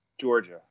Georgia